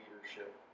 leadership